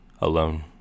alone